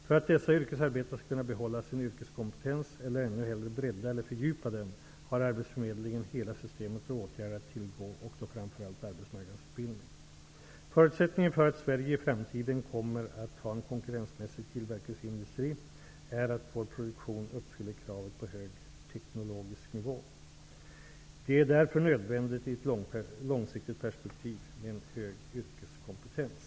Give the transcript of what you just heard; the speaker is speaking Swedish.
För att dessa yrkesarbetare skall kunna behålla sin yrkeskompetens eller ännu hellre bredda eller fördjupa den har arbetsförmedlingen hela systemet av åtgärder att tillgå och då framför allt arbetsmarknadsutbildning. Förutsättningen för att Sverige i framtiden kommer att ha en konkurrensmässig tillverkningsindustri är att vår produktion uppfyller kravet på hög teknologisk nivå. Det är därför nödvändigt i ett långsiktigt perspektiv med en hög yrkeskompetens.